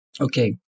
Okay